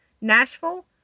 Nashville